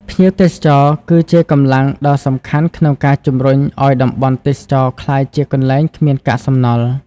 ភ្ញៀវទេសចរគឺជាកម្លាំងដ៏សំខាន់ក្នុងការជំរុញឱ្យតំបន់ទេសចរណ៍ក្លាយជាកន្លែងគ្មានកាកសំណល់។